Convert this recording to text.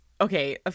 okay